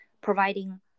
providing